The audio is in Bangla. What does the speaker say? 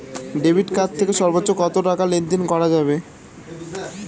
ডেবিট কার্ড থেকে সর্বোচ্চ কত টাকা লেনদেন করা যাবে?